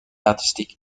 artistic